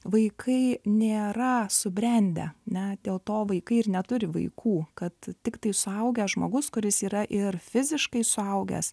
vaikai nėra subrendę ne dėl to vaikai ir neturi vaikų kad tiktai suaugęs žmogus kuris yra ir fiziškai suaugęs